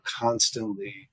constantly